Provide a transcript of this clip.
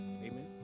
amen